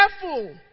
careful